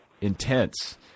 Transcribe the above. intense